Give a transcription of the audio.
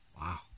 Wow